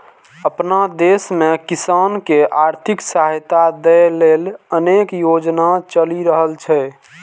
अपना देश मे किसान कें आर्थिक सहायता दै लेल अनेक योजना चलि रहल छै